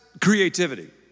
creativity